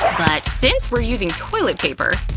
but since we're using toilet paper,